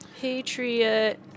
Patriot